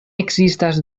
ekzistas